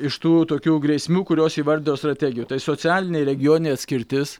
iš tų tokių grėsmių kurios įvardytos strategijoj tai socialinė regioninė atskirtis